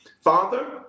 Father